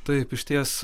taip išties